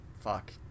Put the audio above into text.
fuck